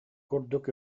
курдук